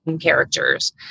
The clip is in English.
characters